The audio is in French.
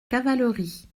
cavalerie